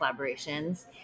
collaborations